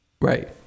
right